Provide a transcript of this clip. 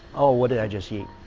oh, what did i just eat?